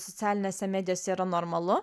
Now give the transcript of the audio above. socialinėse medijose yra normalu